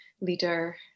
leader